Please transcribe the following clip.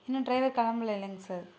இன்னும் டிரைவர் கிளம்புலலைங்கள சார்